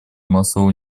массового